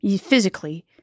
physically